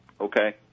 Okay